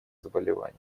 заболевания